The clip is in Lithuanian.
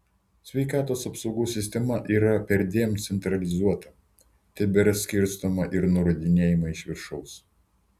sveikatos apsaugos sistema yra perdėm centralizuota tebėra skirstoma ir nurodinėjama iš viršaus